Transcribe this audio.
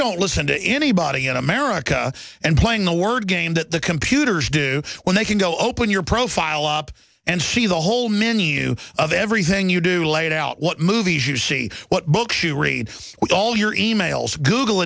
don't listen to anybody in america and playing the word game that the computers do when they can go open your profile up and see the whole menu of everything you do lay it out what movies you see what books you read what all your emails google